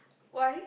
why